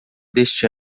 deste